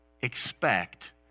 expect